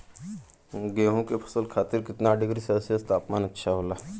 गेहूँ के फसल खातीर कितना डिग्री सेल्सीयस तापमान अच्छा होला?